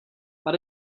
but